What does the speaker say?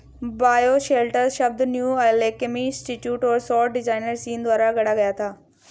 bioshelter शब्द New Alchemy Institute और सौर डिजाइनर सीन द्वारा गढ़ा गया था